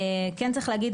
כן צריך להגיד,